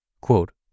quote